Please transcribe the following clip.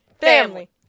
Family